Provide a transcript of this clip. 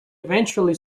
eventually